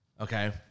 Okay